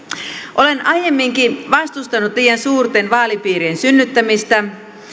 olen aiemminkin vastustanut liian suurten vaalipiirien synnyttämistä